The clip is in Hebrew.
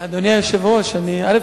אדוני היושב-ראש, א.